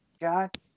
God